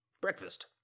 breakfast